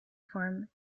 form